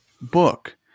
book